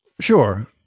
Sure